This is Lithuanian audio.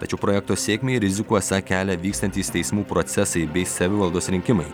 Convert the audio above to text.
tačiau projekto sėkmei rizikų esą kelia vykstantys teismų procesai bei savivaldos rinkimai